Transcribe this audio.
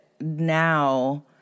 now